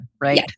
right